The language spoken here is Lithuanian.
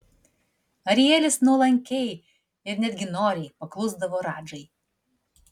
arielis nuolankiai ir netgi noriai paklusdavo radžai